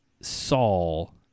Saul